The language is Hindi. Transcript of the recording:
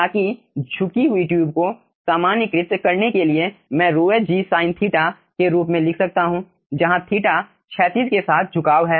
ताकि झुकी हुई ट्यूब को सामान्यीकृत करने के लिए मैं ρh G sin के रूप में लिख सकता हूं जहां थीटा क्षैतिज के साथ झुकाव है